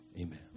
amen